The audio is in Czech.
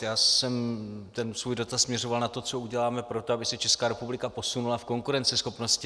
Já jsem ten svůj dotaz směřoval na to, co uděláme pro to, aby se Česká republika posunula v konkurenceschopnosti.